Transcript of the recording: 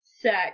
sex